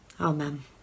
Amen